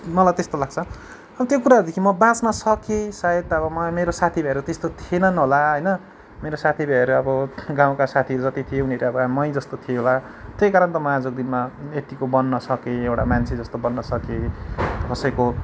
मलाई त्यस्तो लाग्छ अनि त्यो कुराहरूदेखि म बाँच्न सकेँ सायद अब मलाई मेरो साथीभाइहरू त्यस्तो थिएनन् होला होइन मेरो साथीभाइहरू अब गाउँका साथीहरू जति थिए उनीहरू अब मै जस्तो थिए होला त्यही कारण त म आजको दिनमा यतिको बन्न सकेँ एउटा मान्छे जस्तो बन्न सकेँ कसैको